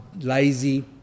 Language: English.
lazy